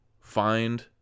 find